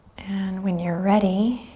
and when you're ready,